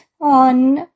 on